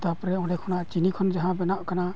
ᱛᱟᱯᱚᱨᱮ ᱚᱸᱰᱮ ᱠᱷᱚᱱᱟᱜ ᱪᱤᱱᱤ ᱠᱷᱚᱱ ᱡᱟᱦᱟᱸ ᱵᱮᱱᱟᱜ ᱠᱟᱱᱟ